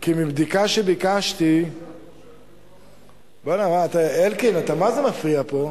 כי מבדיקה שביקשתי, אלקין, אתה מה זה מפריע פה.